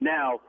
Now